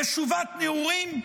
משובת נעורים?